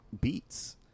beats